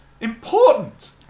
important